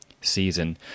season